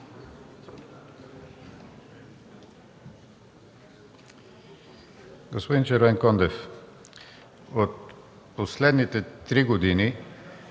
Господин Червенкондев, от последните три години